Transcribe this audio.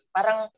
Parang